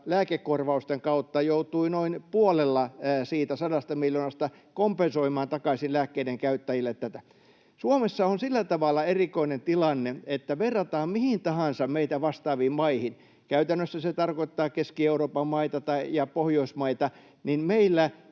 lääkekorvausten kautta joutuu noin puolella siitä 100 miljoonasta kompensoimaan takaisin lääkkeiden käyttäjille tätä. Suomessa on sillä tavalla erikoinen tilanne, että verrataan mihin tahansa meitä vastaaviin maihin — käytännössä se tarkoittaa Keski-Euroopan maita ja Pohjoismaita — niin meillä